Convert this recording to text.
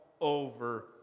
over